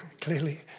clearly